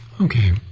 Okay